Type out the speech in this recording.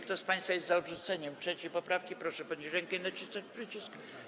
Kto z państwa jest za odrzuceniem 3. poprawki, proszę podnieść rękę i nacisnąć przycisk.